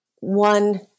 one